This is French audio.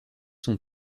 son